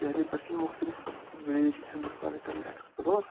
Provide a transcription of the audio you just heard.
دہلی پٮ۪ٹھ چھِ مےٚ مختلف وِلیج ہِنٛدوستانٕکۍ کَرٕنۍ اٮ۪کٕسپٕلور